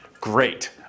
Great